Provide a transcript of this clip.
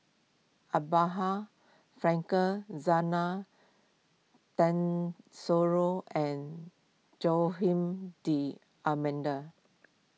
Abraham Frankel Zena and Joaquim D'Almeida